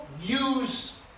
use